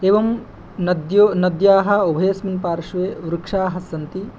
एवं नद्यः उभयस्मिन् पार्श्वे वृक्षाः सन्ति